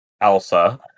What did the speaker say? Elsa